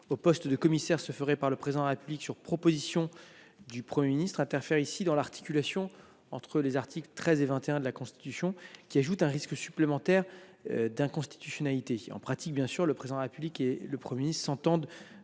le commissaire européen sur proposition du Premier ministre interfère dans l’articulation entre les articles 13 et 21 de la Constitution, faisant courir un risque supplémentaire d’inconstitutionnalité. En pratique, bien sûr, le Président de la République et le Premier ministre s’entendent